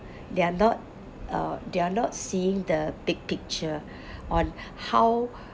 they're not uh they're not seeing the big picture on how